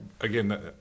again